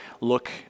look